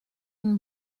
une